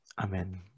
Amen